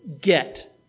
get